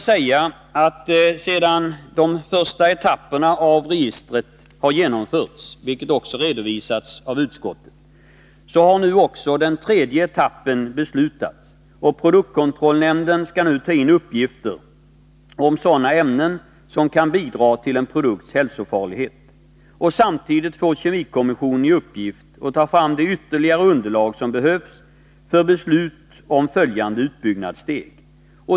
Sedan de två första etapperna av registret har genomförts, vilket redovisats av utskottet i betänkandet, har nu också en tredje etapp beslutats. Produktkontrollnämnden skall nu ta in uppgifter om sådana ämnen som kan bidra till en produkts hälsofarlighet. Samtidigt får kemikommissionen i uppgift att ta fram det ytterligare underlag som behövs för beslut om följande utbyggnadssteg.